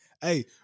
Hey